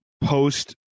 post